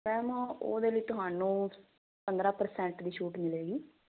ma'am ਉਹਦੇ ਲਈ ਤੁਹਾਨੂੰ ਪੰਦਰਾਂ ਪ੍ਰਸੈਂਟ ਦੀ ਛੂਟ ਮਿਲੇਗੀ